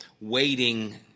waiting